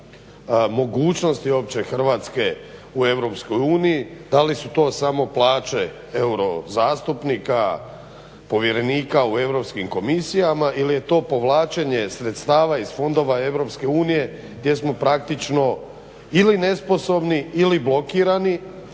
mogućnosti uopće Hrvatske u EU da li su to samo plaće euro zastupnika, povjerenika u Europskim komisijama ili je to povlačenje sredstava iz fondova EU gdje smo praktično ili nesposobni ili blokirani